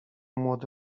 młody